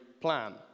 plan